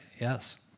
Yes